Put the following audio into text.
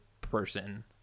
person